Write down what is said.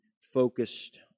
focused